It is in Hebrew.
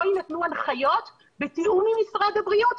לא יינתנו הנחיות בתיאום עם משרד הבריאות,